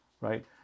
right